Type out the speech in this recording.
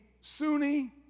Sunni